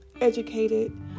educated